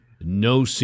No